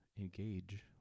engage